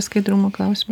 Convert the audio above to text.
skaidrumo klausimai